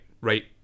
right